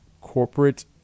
corporate